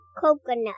coconut